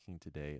today